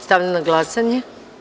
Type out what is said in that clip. Stavljam na glasanje.